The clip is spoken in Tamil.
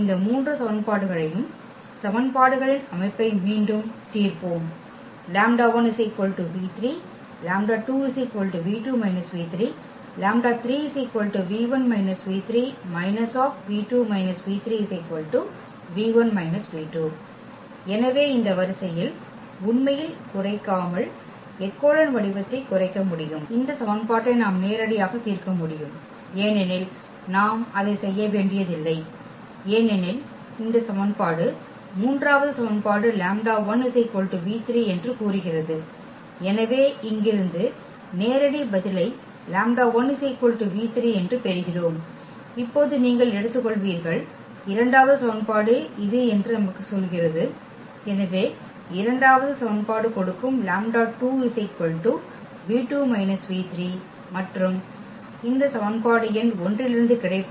இந்த மூன்று சமன்பாடுகளையும் சமன்பாடுகளின் அமைப்பை மீண்டும் தீர்ப்போம் எனவே இந்த வரிசையில் உண்மையில் குறைக்காமல் எகெலோன் வடிவத்தை குறைக்க முடியும் இந்த சமன்பாட்டை நாம் நேரடியாக தீர்க்க முடியும் ஏனெனில் நாம் அதை செய்ய வேண்டியதில்லை ஏனெனில் இந்த சமன்பாடு மூன்றாவது சமன்பாடு என்று கூறுகிறது எனவே இங்கிருந்து நேரடி பதிலைப் என்று பெறுகிறோம் இப்போது நீங்கள் எடுத்துக்கொள்வீர்கள் இரண்டாவது சமன்பாடு இது என்று நமக்குச் சொல்கிறது எனவே இரண்டாவது சமன்பாடு கொடுக்கும் மற்றும் இந்த சமன்பாடு எண் 1 இலிருந்து கிடைப்பது